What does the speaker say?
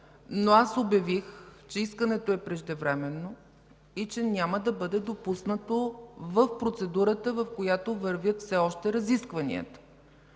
но аз обявих, че искането е преждевременно и че няма да бъде допуснато в процедурата, в която вървят все още разискванията.